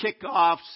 kickoffs